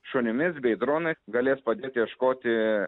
šunimis bei dronais galės padėt ieškoti